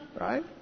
Right